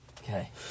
Okay